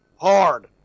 hard